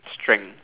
strength